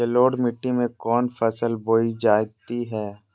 जलोढ़ मिट्टी में कौन फसल बोई जाती हैं?